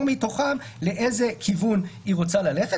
מתוכם לאיזה כיוון היא רוצה ללכת,